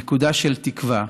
נקודה של תקווה.